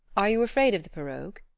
are you afraid of the pirogue?